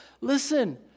Listen